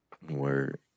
Word